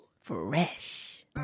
Fresh